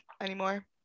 anymore